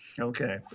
Okay